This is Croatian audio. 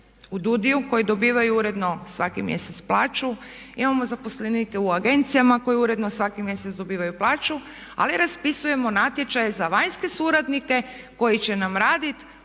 u DUUDI-u koji dobivaju uredno svaki mjesec plaću, imamo zaposlenike u agencijama koji uredno svaki mjesec dobivaju plaću ali raspisujemo natječaje za vanjske suradnike koji će nam raditi